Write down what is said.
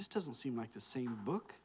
just doesn't seem like the same book